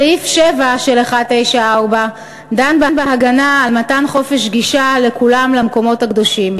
סעיף 7 של 194 דן בהגנה על מתן חופש גישה לכולם למקומות הקדושים.